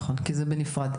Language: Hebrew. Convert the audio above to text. כן, כי זה בנפרד.